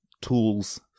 tools